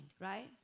right